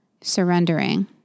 surrendering